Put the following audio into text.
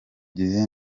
gihe